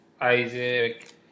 Isaac